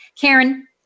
Karen